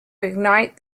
ignite